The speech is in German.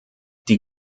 die